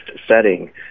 setting